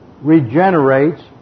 regenerates